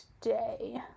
today